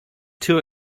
too